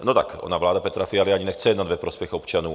No, tak ona vláda Petra Fialy ani nechce jednat ve prospěch občanů.